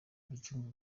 gicumbi